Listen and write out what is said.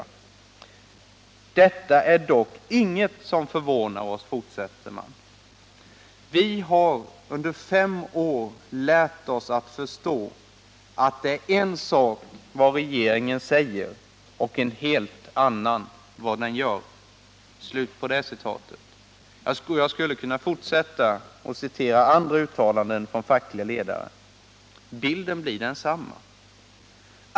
Detta är dock inget som förvånar oss. Vi har under fem år lärt oss att förstå att det är en sak vad regeringen säger och en helt annan vad den gör. Jag skulle kunna forsätta att citera andra uttalanden från fackliga ledare. Bilden blir densamma.